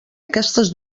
aquestes